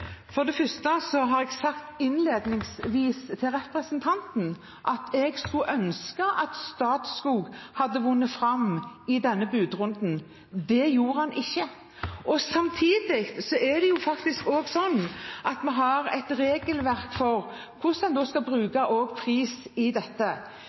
For det første har jeg innledningsvis sagt til representanten at jeg skulle ha ønsket at Statskog hadde vunnet fram i denne budrunden. Det gjorde de ikke. Samtidig er det faktisk sånn at vi har et regelverk for hvordan en skal